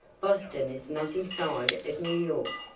boston is nothing side of new york.